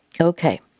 Okay